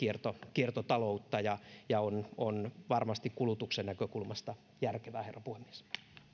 kiertotaloutta ja ja on on varmasti kulutuksen näkökulmasta järkevää herra puhemies